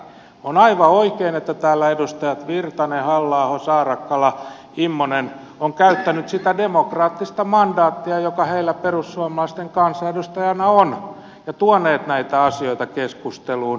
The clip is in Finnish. on aivan oikein että täällä edustajat virtanen halla aho saarakkala immonen ovat käyttäneet sitä demokraattista mandaattia joka heillä perussuomalaisten kansanedustajina on ja tuoneet näitä asioita keskusteluun